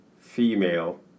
female